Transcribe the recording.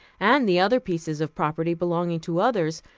and the other pieces of property belonging to others,